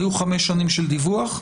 היו חמש שנים של דיווח.